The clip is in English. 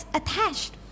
attached